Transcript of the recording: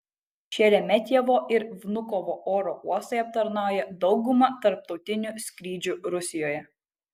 šeremetjevo ir vnukovo oro uostai aptarnauja daugumą tarptautinių skrydžių rusijoje